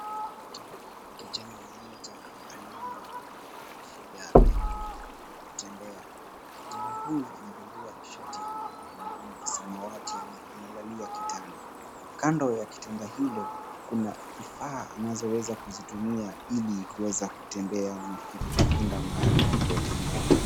Kijana mmoja aliyena shida ya mguu kutembea, kijana huyu amevalia shati yenye samawati na analalia kitanda. Kando ya kitanda hicho kuna vifaa anazoweza kuzitumia hili kuweza kutembea na kuenda mahali popote anapotaka.